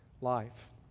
life